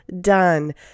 done